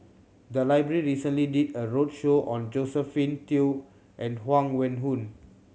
the library recently did a roadshow on Josephine Teo and Huang Wenhong